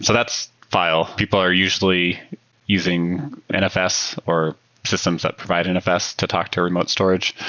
so that's file. people are usually using nfs or systems that provide nfs to talk to remote storage.